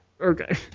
Okay